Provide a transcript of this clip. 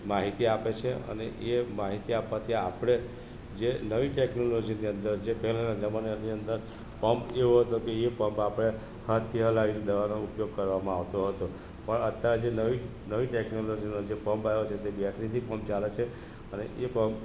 માહિતી આપે છે અને એ માહિતી આપવાથી આપણે જે નવી ટેકનોલોજીની અંદર જે પહેલાના જમાનાનાની અંદર પંપ એવો હતો કે એ પંપ આપણે હાથથી હલાવીન દવાનો ઉપયોગ કરવામાં આવતો હતો પણ અતારે જે નવી ટેકનોલોજીનો જે પંપ આયો છે તે બેટરીથી પંપ ચાલે છે અને એ પંપ